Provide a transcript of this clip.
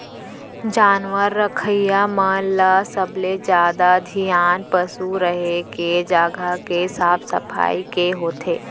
जानवर रखइया मन ल सबले जादा धियान पसु रहें के जघा के साफ सफई के होथे